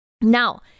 now